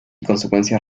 consecuencias